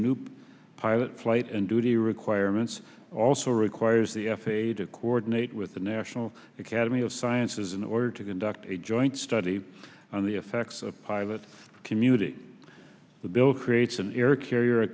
noop pilot flight and duty requirements also requires the f a a to coordinate with the national academy of sciences in order to conduct a joint study on the effects of pilot community the bill creates an air carrier